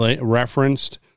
referenced